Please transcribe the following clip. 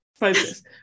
focus